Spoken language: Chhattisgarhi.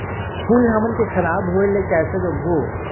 फूल हमन के खराब होए ले कैसे रोकबो?